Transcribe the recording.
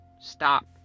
stop